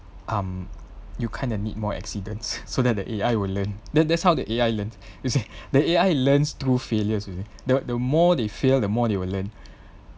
um you kind of need more accidents so that the A_I will learn that that's how the A_I learns the A_I learns through failures you say the the more they fail they will learn